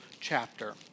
chapter